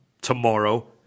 tomorrow